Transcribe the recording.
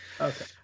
Okay